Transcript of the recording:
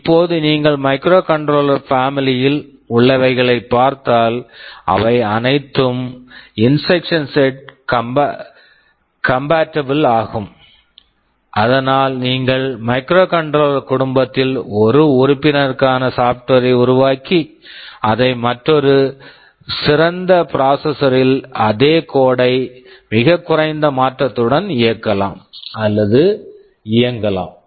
இப்போது நீங்கள் microcontroller microcontroller family family யில் உள்ளவைகளைப் பார்த்தால் அவை அனைத்தும் instruction set compatible instruction set compatible ஆகும் இதனால் நீங்கள் மைக்ரோகண்ட்ரோலர் microcontroller குடும்பத்தில் ஒரு உறுப்பினருக்கான சாப்ட்வேர் software ஐ உருவாக்கி அதை மற்றொரு சிறந்த ப்ராசசர் processor -ல் அதே கோடு code ஐ மிகக் குறைந்த மாற்றத்துடன் இயங்கலாம் அல்லது இயக்கலாம்